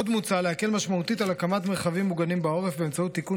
עוד מוצע להקל משמעותית על הקמת מרחבים מוגנים בעורף באמצעות תיקון